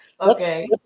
Okay